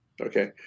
Okay